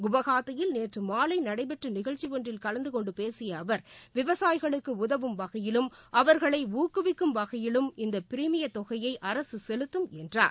குவஹாத்தியில் நேற்று மாலை நடைபெற்ற நிகழ்ச்சி ஒன்றில் கலந்துகொண்டு பேசிய அவர் விவசாயிகளுக்கு உதவும் வகையிலும் அவர்களை ஊக்குவிக்கும் வகையிலும் இந்த பிரிமியத் தொகையை அரசு செலுத்தும் என்றார்